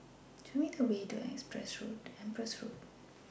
Show Me The Way to Empress Road